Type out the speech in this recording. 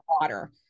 water